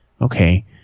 Okay